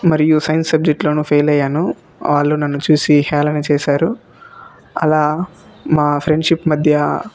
మరియు సైన్సు సబ్జెక్టులో ఫెల్ అయ్యాను వాళ్ళు నన్ను చూసి హేళన చేశారు అలా మా ఫ్రెండ్షిప్ మధ్య